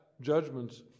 judgments